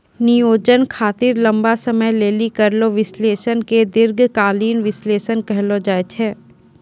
नियोजन खातिर लंबा समय लेली करलो विश्लेषण के दीर्घकालीन विष्लेषण कहलो जाय छै